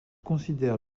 considère